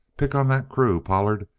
pick on that crew, pollard,